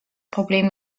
problem